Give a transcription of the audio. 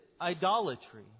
idolatry